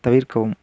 தவிர்க்கவும்